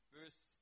verse